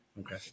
Okay